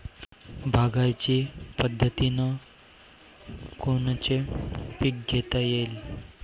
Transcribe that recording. बागायती पद्धतीनं कोनचे पीक घेता येईन?